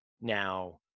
now